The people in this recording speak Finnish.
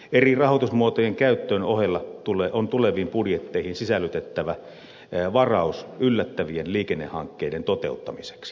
eri rahoitusmuotojen käytön ohella on tuleviin budjetteihin sisällytettävä varaus yllättävien liikennehankkeiden toteuttamiseksi